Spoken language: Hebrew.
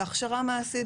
בהכשרה מעשית,